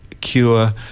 cure